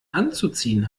anzuziehen